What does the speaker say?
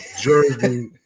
jersey